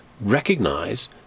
recognize